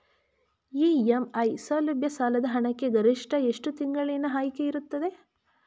EMI ಸೌಲಭ್ಯ ಸಾಲದ ಹಣಕ್ಕೆ ಗರಿಷ್ಠ ಎಷ್ಟು ತಿಂಗಳಿನ ಆಯ್ಕೆ ಇರುತ್ತದೆ?